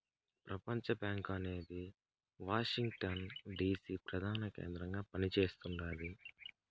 ప్రపంచబ్యాంకు అనేది Washington DC ప్రదాన కేంద్రంగా పని చేస్తుండాది